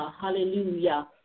hallelujah